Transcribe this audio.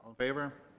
favor.